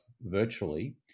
virtually